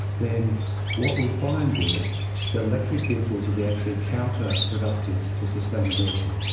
then what we find is that electric vehicles would be actually counter-productive to sustainability,